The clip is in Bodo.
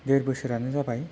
देर बोसोरानो जाबाय